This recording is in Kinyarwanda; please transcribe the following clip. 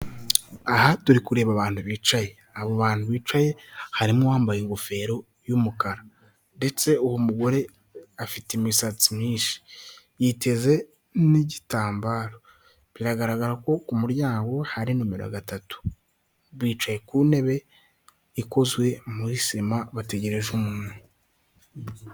Aha turi kureba abantu bicaye, abo bantu bicaye harimo uwambaye ingofero y'umukara, ndetse uwo mugore afite imisatsi myinshi yiteze n'igitambaro, biragaragara ko ku muryango hari nimero gatatu, bicaye ku ntebe ikozwe muri sima, bategereje umuntu.